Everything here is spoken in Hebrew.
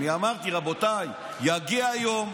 אמרתי: רבותיי, יגיע היום,